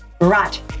Right